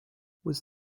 was